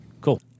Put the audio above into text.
Cool